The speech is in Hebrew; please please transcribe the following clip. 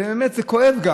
ובאמת זה גם כואב.